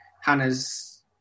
Hannah's